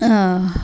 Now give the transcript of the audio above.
आं